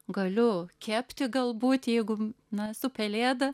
galiu kepti galbūt jeigu na esu pelėda